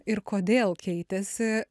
ir kodėl keitėsi